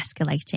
escalating